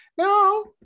No